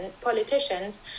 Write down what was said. politicians